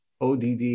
ODD